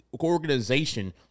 organization